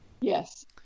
Yes